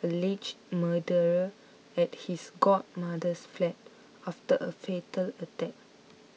alleged murderer at his godmother's flat after a fatal attack